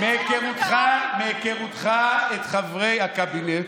אחמד, מהיכרותך את חברי הקבינט,